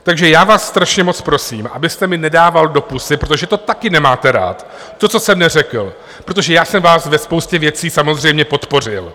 Takže já vás strašně moc prosím, abyste mi nedával do pusy, protože to taky nemáte rád, to, co jsem neřekl, protože já jsem vás ve spoustě věcí samozřejmě podpořil.